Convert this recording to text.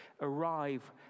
arrive